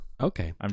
Okay